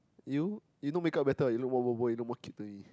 you you no makeup better you look more bobo you look more cute to me